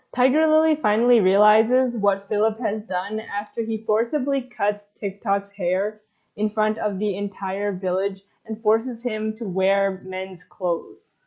tiger lily finally realizes what philip has done after he forcibly cuts tick tock's hair in front of the entire village and forces him to wear men's clothes.